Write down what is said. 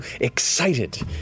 excited